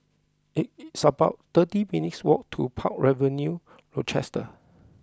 it it's about thirty minutes' walk to Park Avenue Rochester